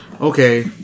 Okay